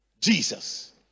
Jesus